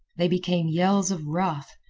they became yells of wrath,